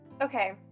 Okay